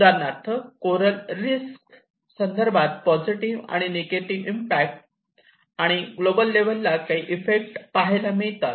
उदाहरणार्थ coral reefs संदर्भात positive आणि निगेटिव्ह इम्पॅक्ट आणि ग्लोबल लेव्हलला काही इफेक्ट पाहायला मिळतात